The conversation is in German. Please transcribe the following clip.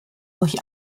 durch